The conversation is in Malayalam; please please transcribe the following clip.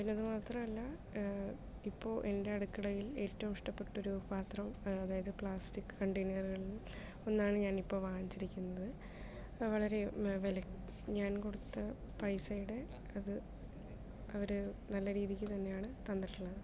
പിന്നെ അത് മാത്രമല്ല ഇപ്പോൾ എന്റെ അടുക്കളയിൽ ഏറ്റവും ഇഷ്ടപ്പെട്ടൊരു പാത്രം അതായത് പ്ലാസ്റ്റിക് കണ്ടെയ്നറുകളിൽ ഒന്നാണ് ഇപ്പോൾ വാങ്ങിച്ചിരിക്കുന്നത് വളരെ വില ഞാൻ കൊടുത്ത പൈസയുടെ അത് അവര് നല്ല രീതിക്ക് തന്നെയാണ് തന്നിട്ടുള്ളത്